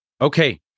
Okay